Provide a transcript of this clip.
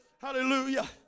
Hallelujah